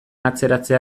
atzeratzea